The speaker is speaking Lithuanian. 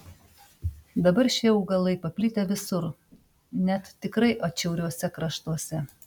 dabar šie augalai paplitę visur net tikrai atšiauriuose kraštuose